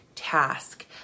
task